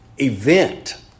event